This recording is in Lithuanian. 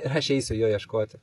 ir aš eisiu jo ieškoti